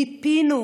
ומיפינו,